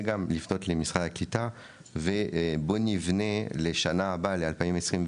גם לפנות למשרד הקליטה ובוא נבנה לשנה הבאה ל-2024,